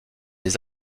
les